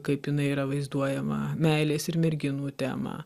kaip jinai yra vaizduojama meilės ir merginų temą